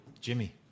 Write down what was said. Jimmy